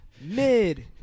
Mid